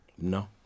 No